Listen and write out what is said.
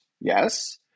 Yes